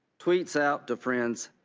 tweets out to friends,